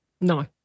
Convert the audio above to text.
No